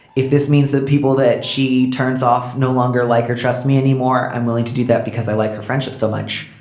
if this means that people that she turns off no longer like or trust me anymore i'm willing to do that because i like her friendship so much.